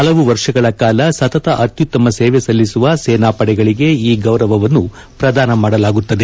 ಹಲವು ವರ್ಷಗಳ ಕಾಲ ಸತತ ಅತ್ಯುತ್ತಮ ಸೇವೆ ಸಲ್ಲಿಸುವ ಸೇನಾ ಪಡೆಗಳಿಗೆ ಈ ಗೌರವವನ್ನು ಪ್ರದಾನ ಮಾಡಲಾಗುತ್ತದೆ